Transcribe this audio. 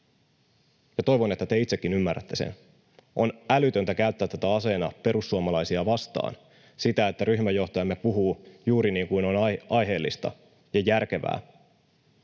toivon, että te itsekin ymmärrätte sen. On älytöntä käyttää tätä aseena perussuomalaisia vastaan — sitä, että ryhmänjohtajamme puhuu juuri niin kuin on aiheellista ja järkevää